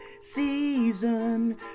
season